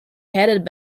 headed